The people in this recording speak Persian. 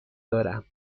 دارم